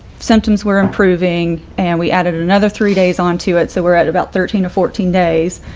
symptoms were improving, and we added another three days on to it. so we're at about thirteen to fourteen days.